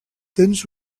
tens